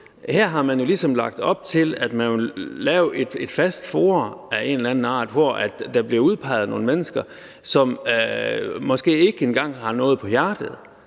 jo ligesom lagt op til, at man vil lave et fast forum af en eller anden art, hvor der bliver udpeget nogle mennesker, som måske ikke engang har noget på hjerte.